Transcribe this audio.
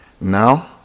Now